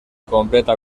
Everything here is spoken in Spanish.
completa